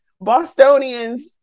Bostonians